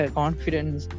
confidence